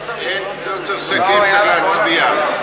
לסכם, צריך להצביע.